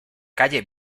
calle